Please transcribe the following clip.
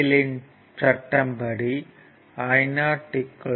L யின் படி Io 3 0